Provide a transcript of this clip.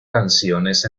canciones